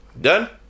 done